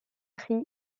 paris